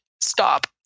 stop